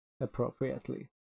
appropriately